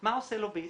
מה עושה לוביסט?